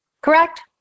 correct